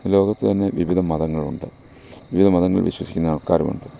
ലോകത്ത് തന്നെ വിവിധ മതങ്ങളുണ്ട് വിവിധ മതങ്ങളിൽ വിശ്വസിക്കുന്ന ആൾക്കാരൂണ്ട്